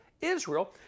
Israel